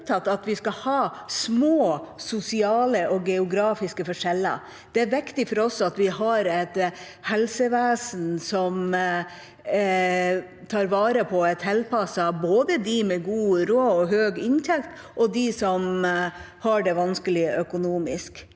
at vi skal ha små sosiale og geografiske forskjeller. Det er viktig for oss at vi har et helsevesen som tar vare på og er tilpasset både dem med god råd og høy inntekt og dem som har det vanskelig økonomisk.